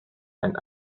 and